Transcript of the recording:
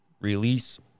release